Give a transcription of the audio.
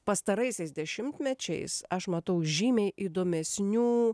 pastaraisiais dešimtmečiais aš matau žymiai įdomesnių